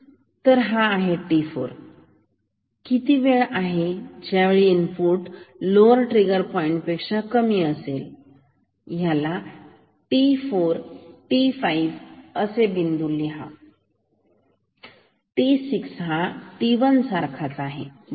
तर हा आहे t4 किती वेळ आहे ज्यावेळी इनपुट लोवर ट्रिगर पॉईंट पेक्षा कमी असेल तर ह्याला t4 t5 असे बिंदू लिहा हा आहे t6 हा t1 सारखाच आहे बरोबर